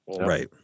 Right